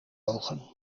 ogen